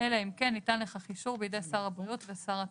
אלא אם כן ניתן לכך אישור בידי שר הבריאות ושר התקשורת."